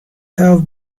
have